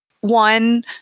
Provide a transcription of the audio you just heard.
one